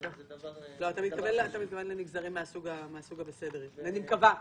אתה מתכוון לנגזרים מהסוג הבסדר, אני מקווה.